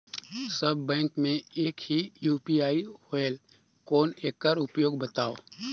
सब bank मे एक ही यू.पी.आई होएल कौन एकर उपयोग बताव?